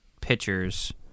pitchers